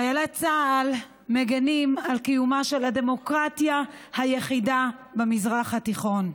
חיילי צה"ל מגינים על קיומה של הדמוקרטיה היחידה במזרח התיכון.